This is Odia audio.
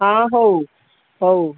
ହଁ ହଉ ହଉ